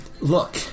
Look